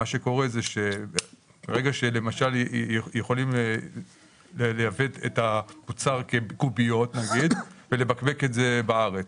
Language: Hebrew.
ברגע שיכולים לייבא את המוצר כקוביות ולבקבק את זה בארץ,